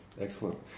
Excellent